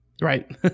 Right